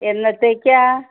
എന്നത്തേക്കാണ്